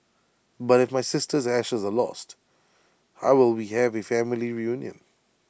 but if my sister's ashes are lost how will we have A family reunion